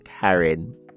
karen